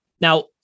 Now